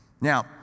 Now